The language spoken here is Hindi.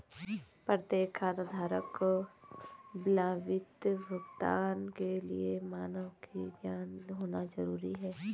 प्रत्येक खाताधारक को विलंबित भुगतान के लिए मानक का ज्ञान होना जरूरी है